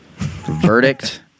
verdict